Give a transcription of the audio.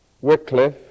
Wycliffe